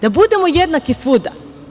Da budemo jednaki svuda.